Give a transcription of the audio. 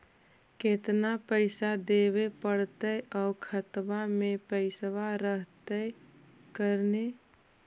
केतना पैसा देबे पड़तै आउ खातबा में पैसबा रहतै करने?